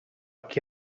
qui